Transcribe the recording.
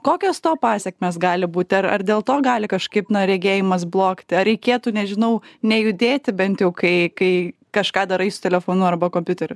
kokios to pasekmės gali būti ar ar dėl to gali kažkaip na regėjimas blogti ar reikėtų nežinau nejudėti bent jau kai kai kažką darai su telefonu arba kompiuteriu